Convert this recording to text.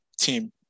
team